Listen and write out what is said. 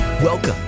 Welcome